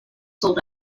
sold